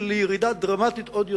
הביאה לירידה דרמטית עוד יותר.